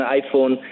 iPhone